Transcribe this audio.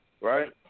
Right